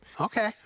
Okay